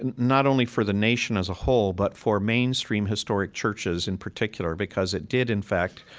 and not only for the nation as a whole but for mainstream historic churches in particular, because it did, in fact,